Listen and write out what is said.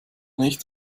nicht